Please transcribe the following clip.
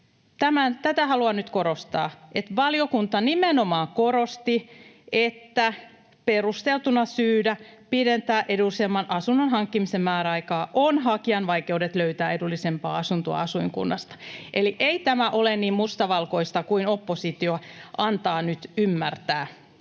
Tätä haluan nyt korostaa, että valiokunta nimenomaan korosti, että perusteltuna syynä pidentää edullisemman asunnon hankkimisen määräaikaa on hakijan vaikeudet löytää edullisempaa asuntoa asuinkunnasta. Eli ei tämä ole niin mustavalkoista kuin oppositio antaa nyt ymmärtää.